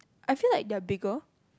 I feel like they are bigger